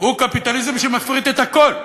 הוא קפיטליזם שמפריט את הכול,